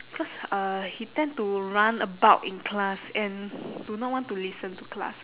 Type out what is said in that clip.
cause uh he tend to run about in class and do not want to listen to class